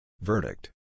Verdict